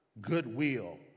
goodwill